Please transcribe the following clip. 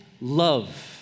love